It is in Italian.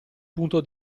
punto